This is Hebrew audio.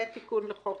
זה תיקון לחוק